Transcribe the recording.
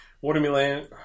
Watermelon